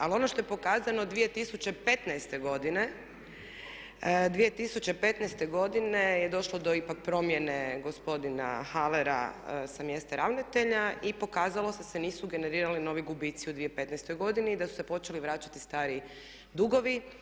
Ali ono što je pokazano 2015. godine je došlo do ipak promjene gospodina Halera sa mjesta ravnatelja i pokazalo se da se nisu generirali novi gubici u 2015. godini i da su se počeli vraćati stari dugovi.